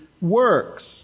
works